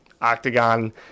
Octagon